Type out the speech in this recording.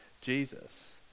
Jesus